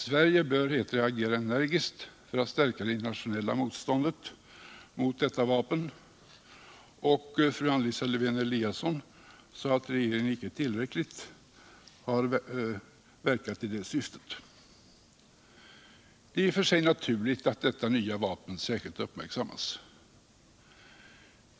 Sverige bör, heter det, agera energiskt för att stärka det internationella motståndet mot detta vapen. Fru Anna Lisa Eewén-Eliasson sade också att regeringen icke tillräckligt har verkat i denna riktning. Det är i och för sig naturligt att detta nya vapen särskilt uppmärksammas.